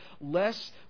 less